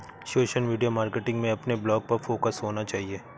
social media marketing में अपने blog पर फोकस होना चाहिए